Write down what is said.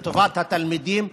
לטובת התלמידים,